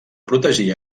protegir